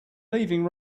leaving